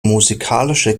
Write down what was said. musikalische